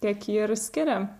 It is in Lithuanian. tiek ji ir skiria